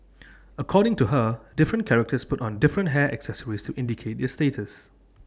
according to her different characters put on different hair accessories to indicate their status